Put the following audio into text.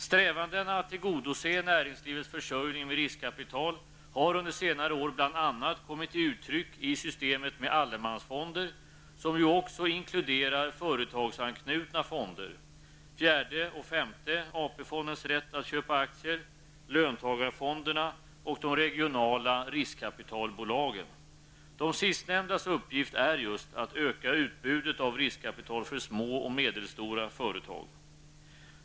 Strävandena att tillgodose näringslivets försörjning med riskkapital har under senare år bl.a. kommit till uttryck i systemet med allemansfonder, som ju också inkluderar företagsanknutna fonder, fjärde och femte AP-fondens rätt att köpa aktier, löntagarfonderna och de regionala riskkapitalbolagen. De sistnämndas uppgift är just att öka utbudet av riskkapital för små och medelstora företag.